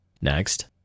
Next